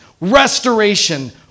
restoration